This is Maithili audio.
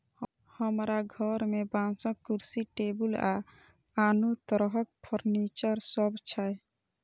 हमरा घर मे बांसक कुर्सी, टेबुल आ आनो तरह फर्नीचर सब छै